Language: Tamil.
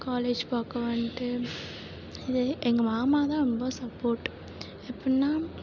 காலேஜ் பார்க்க வந்துட்டு இதே எங்கள் மாமா தான் ரொம்ப சப்போர்ட் எப்புடினா